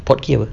port key apa